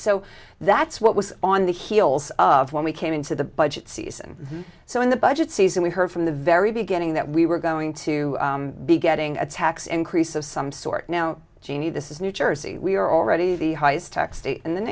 so that's what was on the heels of when we came into the budget season so in the budget season we heard from the very beginning that we were going to be getting a tax increase of some sort now jeannie this is new jersey we are already